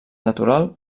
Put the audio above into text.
natural